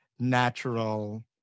Natural